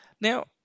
Now